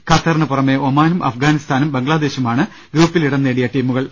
ഖത്തറിന് പുറമെ ഒമാനും അഫ്ഗാനിസ്ഥാനും ബംഗ്ലാദേശുമാണ് ഗ്രൂപ്പിൽ ഇടംനേടിയ ടീമുകൾ